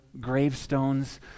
gravestones